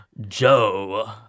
Joe